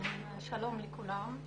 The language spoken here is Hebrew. שלום לכולם.